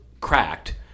cracked